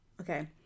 Okay